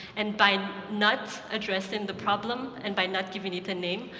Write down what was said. and by not addressing the problem and by not giving it a name,